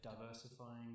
diversifying